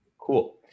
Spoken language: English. Cool